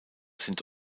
sind